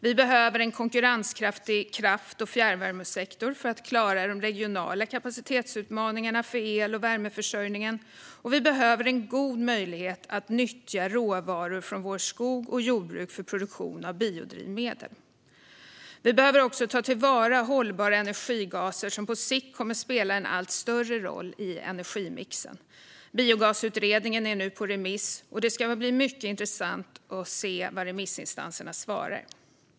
Vi behöver en konkurrenskraftig kraft och fjärrvärmesektor för att klara de regionala kapacitetsutmaningarna för el och värmeförsörjningen, och vi behöver en god möjlighet att nyttja råvaror från skog och jordbruk för produktion av biodrivmedel. Vi behöver också ta till vara hållbara energigaser, som på sikt kommer att spela en allt större roll i energimixen. Biogasutredningen är nu på remiss, och det ska bli mycket intressant att se vad remissinstanserna svarar.